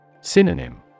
Synonym